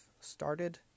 started